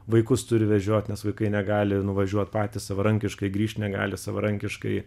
vaikus turi vežiot nes vaikai negali nuvažiuot patys savarankiškai grįžt negali savarankiškai